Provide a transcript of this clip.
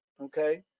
okay